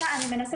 ברוב המקרים